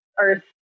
earth